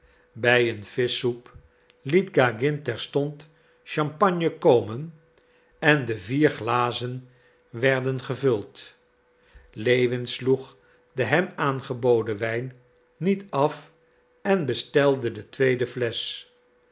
bij een vischsoep liet gagin terstond champagne komen en des vier glazen werden gevuld lewin sloeg de hem aangeboden wijn niet af en bestelde de tweede flesch